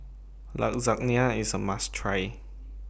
Lasagne IS A must Try